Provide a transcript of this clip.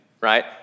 right